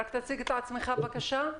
רק תציג את עצמך, בבקשה.